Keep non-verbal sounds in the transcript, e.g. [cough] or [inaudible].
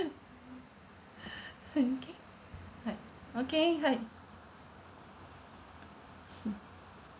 [noise] [breath] are you okay right okay right hmm